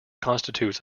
constitutes